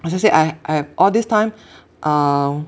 especially I I all this time um